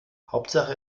hauptsache